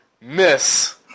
miss